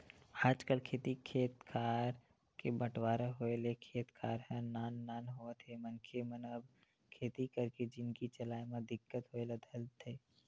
आजकल खेती खेत खार के बंटवारा होय ले खेत खार ह नान नान होवत हे मनखे मन अब खेती करके जिनगी चलाय म दिक्कत होय ल धरथे